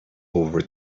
over